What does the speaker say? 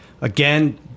again